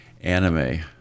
anime